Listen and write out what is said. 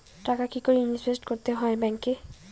টাকা কি করে ইনভেস্ট করতে হয় ব্যাংক এ?